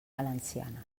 valenciana